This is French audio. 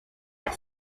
pour